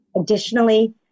Additionally